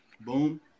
Boom